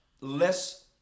less